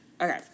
Okay